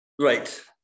Right